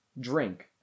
drink